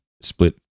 split